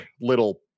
little